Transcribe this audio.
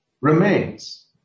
remains